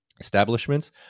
establishments